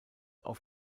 auf